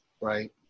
Right